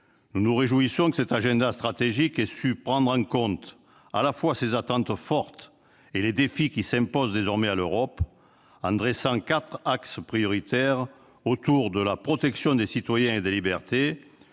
Nous nous réjouissons que cet agenda stratégique ait su prendre en compte à la fois ces attentes fortes et les défis qui s'imposent désormais à l'Europe, en traçant quatre axes prioritaires : la protection des citoyens et des libertés